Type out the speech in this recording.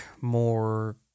more